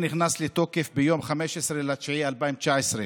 שנכנס לתוקף ביום 15 בספטמבר 2015,